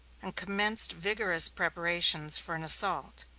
and commenced vigorous preparations for an assault.